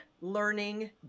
learning